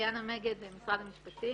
אני ליאנה מגד, ממשרד המשפטים.